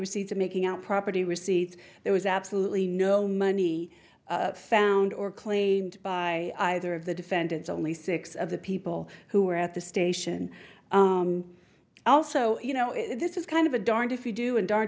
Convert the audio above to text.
receipts making out property receipts there was absolutely no money found or claimed by other of the defendants only six of the people who were at the station also you know this is kind of a darned if you do and darned